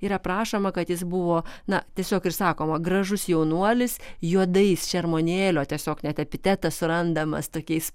ir aprašoma kad jis buvo na tiesiog ir sakoma gražus jaunuolis juodais šermuonėlio tiesiog net epitetas surandamas tokiais